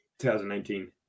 2019